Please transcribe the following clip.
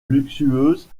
luxueuse